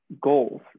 goals